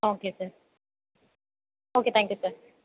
okay sir okay thank you sir